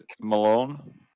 Malone